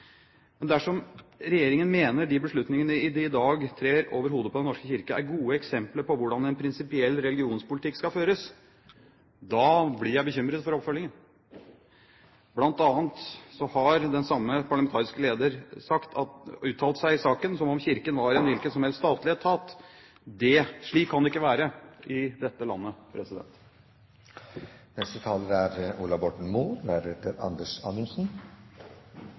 Men dersom regjeringen mener at de beslutningene de i dag trer nedover hodet på Den norske kirke, er gode eksempler på hvordan en prinsipiell religionspolitikk skal føres, blir jeg bekymret for oppfølgingen. Blant annet har den samme parlamentariske leder uttalt seg i saken som om Kirken var en hvilken som helst statlig etat. Slik kan det ikke være i dette landet.